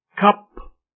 cup